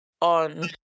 on